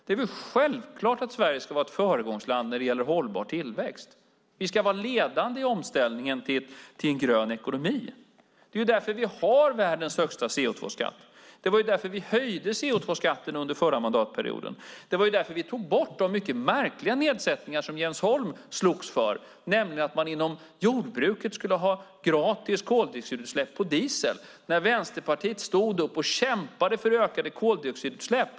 Det är självklart att Sverige ska vara ett föregångsland när det gäller hållbar tillväxt. Vi ska vara ledande i omställningen till grön ekonomi. Det är därför vi har världens högsta CO2-skatt. Och det var därför vi höjde CO2-skatten förra mandatperioden. Det var därför vi tog bort de mycket märkliga nedsättningar som Jens Holm slogs för, nämligen att man inom jordbruket skulle ha gratis koldioxidutsläpp avseende diesel. Vänsterpartiet stod upp och kämpade för ökade koldioxidutsläpp.